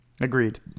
Agreed